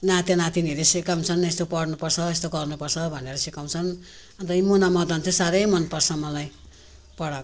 नातिनातिनीहरूले सिकाउँछन् यस्तो पढ्नुपर्छ यस्तो गर्नुपर्छ भनेर सिकाउँछन् अन्त यो मुनामदन चाहिँ साह्रै मनपर्छ मलाई पढाएको